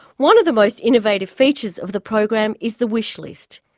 one of the most innovative features of the program is the wish list.